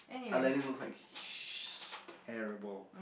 Aladdin looks like just terrible